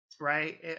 right